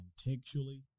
contextually